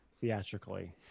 Theatrically